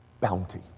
Bounty